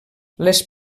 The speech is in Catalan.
les